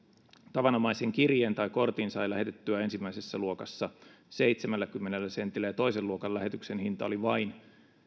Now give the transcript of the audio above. tavanomaisen kirjeen tai kortin sai lähetettyä ensimmäisessä luokassa seitsemälläkymmenellä sentillä ja toisen luokan lähetyksen hinta oli vain